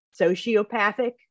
sociopathic